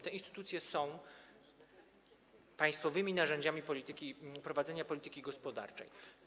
Te instytucje są państwowymi narzędziami prowadzenia polityki gospodarczej.